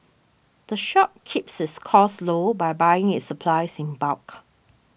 the shop keeps its costs low by buying its supplies in bulk